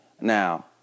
Now